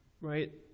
right